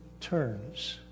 turns